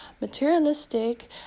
materialistic